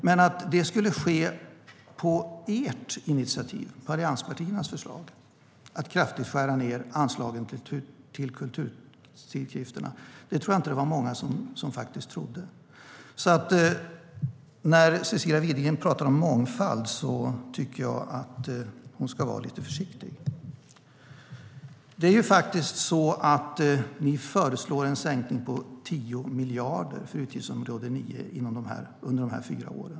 Men att det skulle ske på allianspartiernas initiativ med förslaget att kraftigt skära ned anslagen till kulturtidskrifterna var det nog inte många som trodde. När Cecilia Widegren pratar om mångfald tycker jag därför att hon ska vara lite försiktig. Ni föreslår en sänkning på 10 miljarder på utgiftsområde 9 under dessa fyra år.